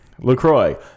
LaCroix